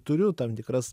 turiu tam tikras